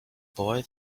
boy